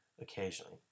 occasionally